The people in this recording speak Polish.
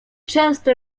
często